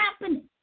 happening